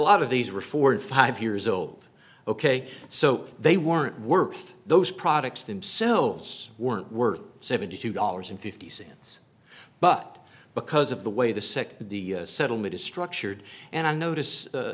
lot of these reforms five years old ok so they weren't worth those products themselves weren't worth seventy two dollars and fifty cents but because of the way the nd the settlement is structured and i notice